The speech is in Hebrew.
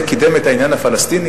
אז זה קידם את העניין הפלסטיני?